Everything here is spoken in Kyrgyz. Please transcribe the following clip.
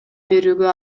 берүүгө